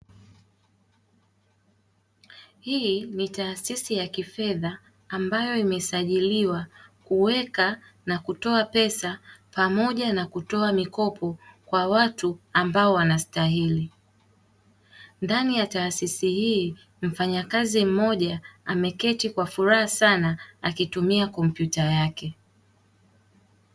Hii ni taasisi ya kifedha ambayo imesajiliwa kuweka na kutoa pesa pamoja na kutoa mikopo kwa watu ambao wanastahili. Ndani ya taasisi hii, mfanyakazi mmoja ameketi kwa furaha sana akitumia kompyuta yake.